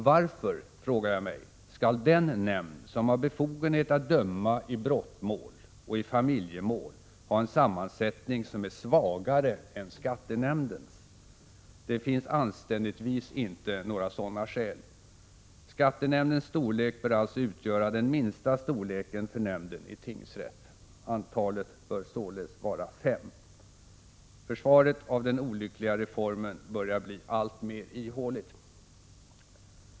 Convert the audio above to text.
Varför, frågar jag mig, skall den nämnd som har befogenhet att döma i brottmål och i familjemål ha en sammansättning som är svagare än skattenämndens? Det finns anständigtvis inte några sådana skäl. Skattenämndens storlek bör alltså utgöra den minsta storleken för nämnden i tingsrätt. Antalet bör således vara fem. Försvaret av den olyckliga reformen börjar bli alltmer ihåligt.